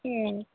হ্যাঁ